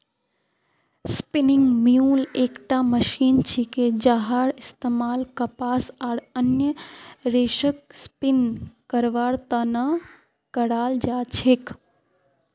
spinning mule एकटा machine छिके जहार इस्तमाल कपास आर अन्य रेशक स्पिन करवार त न कराल जा छेक